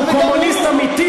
שהוא קומוניסט אמיתי,